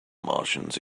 martians